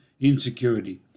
insecurity